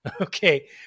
Okay